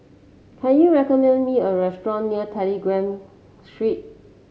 can you recommend me a restaurant near Telegraph Street